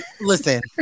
Listen